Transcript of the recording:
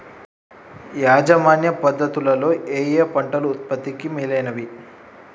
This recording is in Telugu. యాజమాన్య పద్ధతు లలో ఏయే పంటలు ఉత్పత్తికి మేలైనవి?